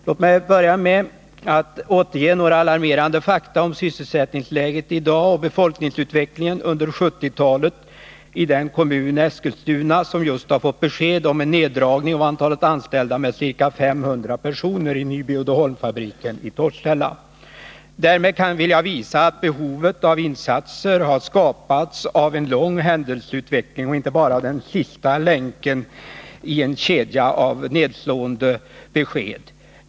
Låt mig börja med att återge några alarmerande fakta i fråga om sysselsättningsläget i dag och befolkningsutvecklingen under 1970-talet i den kommun, Eskilstuna, som just har fått besked om en neddragning av antalet anställda med ca 500 personer vid Nyby Uddeholm AB:s fabrik i Torshälla. Därmed vill jag visa att behovet av insatser har skapats av en lång händelseutveckling och inte bara av den sista länken i en kedja av nedslående besked.